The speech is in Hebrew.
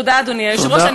תודה, אדוני היושב-ראש.